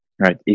right